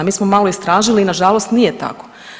Mi smo malo istražili i nažalost nije tako.